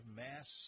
mass